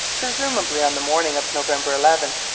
presumably on the morning of november eleven,